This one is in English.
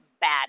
bad